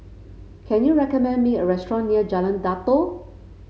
can you recommend me a restaurant near Jalan Datoh